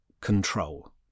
control